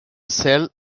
cel